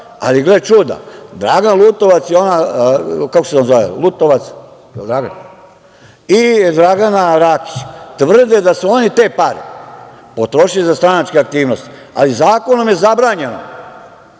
ali, gle čuda, Dragan Lutovac i Dragana Rakić tvrde da su oni te pare potrošili za stranačke aktivnosti. Ali, zakonom je zabranjeno